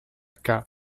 cas